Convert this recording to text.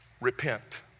repent